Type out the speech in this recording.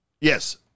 Yes